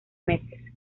meses